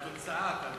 מהתוצאה אתה מרוצה?